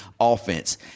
offense